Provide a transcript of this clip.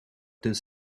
does